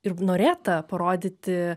ir norėta parodyti